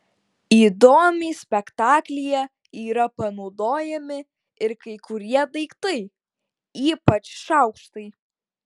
įdomiai spektaklyje yra panaudojami ir kai kurie daiktai ypač šaukštai